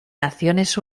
naciones